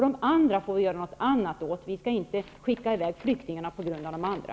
De andra får vi göra något annat åt. Vi skall inte skicka i väg flyktingarna på grund av de andra.